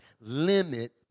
Limit